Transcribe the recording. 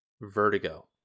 Vertigo